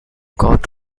got